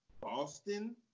Boston